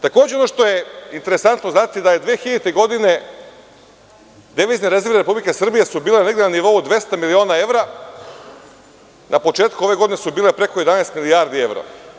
Takođe, ono što je interesantno znati jeste da su 2000. godine devizne rezerve Republike Srbije bile negde na nivou 200 miliona evra, a na početku ove godine su bile preko 11 milijardi evra.